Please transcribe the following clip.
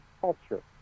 culture